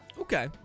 Okay